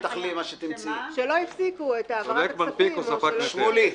שלא הפסיקו את העברת הכספים ואת החיוב.